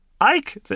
Ike